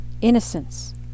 Innocence